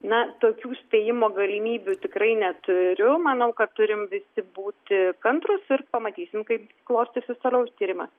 na tokių spėjimo galimybių tikrai neturiu manau kad turim visi būti kantrūs ir pamatysim kaip klostysis toliau šis tyrimas